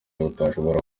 udashobora